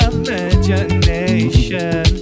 imagination